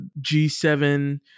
G7